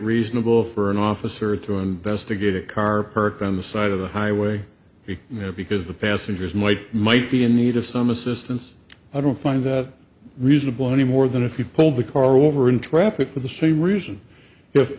reasonable for an officer to investigate a car parked on the side of the highway be there because the passengers might might be in need of some assistance i don't find that reasonable any more than if you pulled the car over in traffic for the same reason if